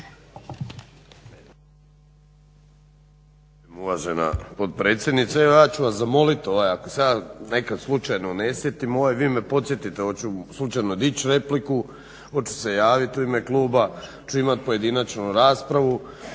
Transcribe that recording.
uvažena potpredsjednice. Evo ja ću vas zamoliti ako sam ja nekad slučajno ne sjetim vi me podsjetite hoću slučajno dići repliku, hoću se javiti u ime kluba, hoću li imati pojedinačnu raspravu